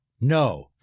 no